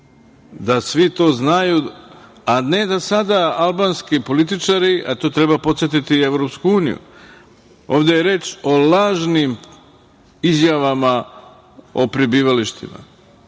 Da svi to znaju, a ne da sada albanski političari, a to treba podsetiti i Evropsku uniju, ovde je reč o lažnim izjavama o prebivalištima.